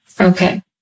okay